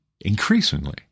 increasingly